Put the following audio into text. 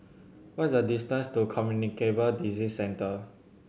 what is the distance to Communicable Disease Centre